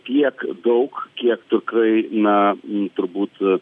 tiek daug kiek tukrai na turbūt